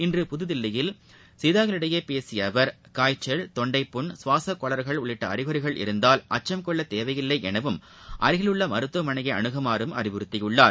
இன்று புதுதில்லியில் செய்தியாளர்களிடையே பேசிய அவர் காய்ச்சல் தொண்டைப் புண் சுவாசக்கோளாறுகள் உள்ளிட்ட அறிகுறிகள் இருந்தால் அச்சம் கொள்ளத்தேவையில்லை எனவும் அருகில் கொரோனா வைரஸ் பாதிப்பு உள்ள உள்ள மருத்துவமனையை அணுகுமாறும் அறிவுத்தியுள்ளார்